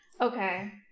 Okay